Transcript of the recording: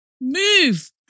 move